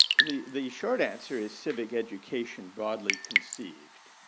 the the short answer is civic education broadly conceived.